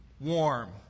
Warm